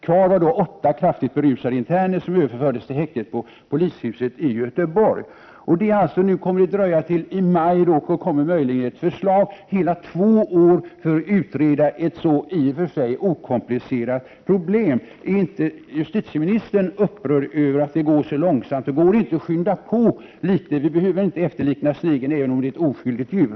Kvar var då åtta kraftigt berusade interner, som överfördes till häktet i polishuset i Göteborg. Det kommer tydligen att dröja till i maj innan det möjligen kan finnas ett förslag på riksdagens bord. Hela två år tar det alltså att utreda ett så i och för sig okomplicerat problem. Är inte justitieministern upprörd över att det går så långsamt? Går det inte att påskynda arbetet? Det är väl inte nödvändigt att efterlikna snigeln, även om snigeln är ett oskyldigt djur.